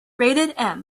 rated